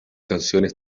canciones